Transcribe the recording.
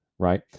right